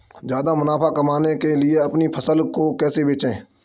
ज्यादा मुनाफा कमाने के लिए अपनी फसल को कैसे बेचें?